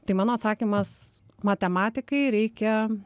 tai mano atsakymas matematikai reikia